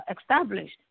established